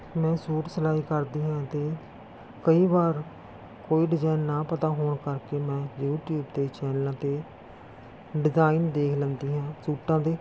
ਮੈਂ ਸੂਟ ਸਿਲਾਈ ਕਰਦੀ ਹਾਂ ਅਤੇ ਕਈ ਵਾਰ ਕੋਈ ਡਿਜ਼ਾਈਨ ਨਾ ਪਤਾ ਹੋਣ ਕਰਕੇ ਮੈਂ ਯੂਟੀਊਬ 'ਤੇ ਚੈਨਲਾਂ 'ਤੇ ਡਿਜ਼ਾਈਨ ਦੇਖ ਲੈਂਦੀ ਹਾਂ ਸੂਟਾਂ ਦੇ